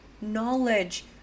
Knowledge